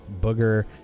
Booger